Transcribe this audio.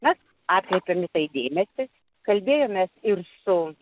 mes atkreipėm į tai dėmesį kalbėjomės ir su